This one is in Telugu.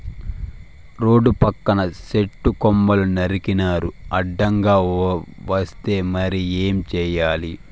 రోడ్ల పక్కన సెట్టు కొమ్మలు నరికినారు అడ్డంగా వస్తే మరి ఏం చేయాల